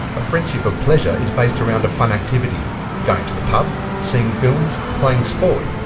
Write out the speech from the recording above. a friendship of pleasure is based around a fun activity going to the pub, seeing films, playing sport.